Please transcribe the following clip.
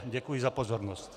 Děkuji za pozornost.